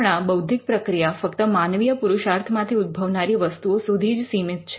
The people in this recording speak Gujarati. હમણાં બૌદ્ધિક પ્રક્રિયા ફક્ત માનવીય પુરુષાર્થમાંથી ઉદ્ભવનારી વસ્તુઓ સુધી જ સીમિત છે